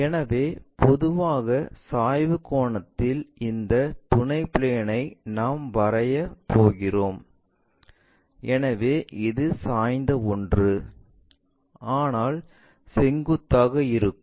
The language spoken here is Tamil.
எனவே பொதுவான சாய்வு கோணத்தில் இந்த துணை பிளேன் ஐ நாம் வரையப் போகிறோம் எனவே இது சாய்ந்த ஒன்று ஆனால் செங்குத்தாக இருக்கும்